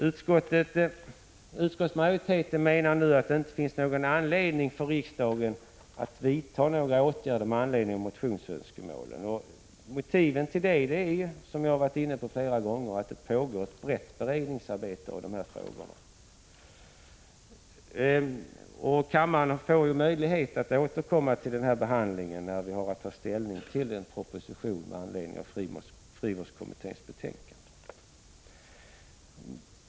Utskottsmajoriteten menar att det inte finns någon anledning för riksdagen att vidta några åtgärder med anledning av motionsönskemålen. Motivet I härtill är, som jag har varit inne på flera gånger, att det pågår ett brett 161 beredningsarbete av de här frågorna. Kammaren får ju möjlighet att återkomma till denna behandling, när vi har att ta ställning till en proposition med anledning av frivårdskommitténs betänkande.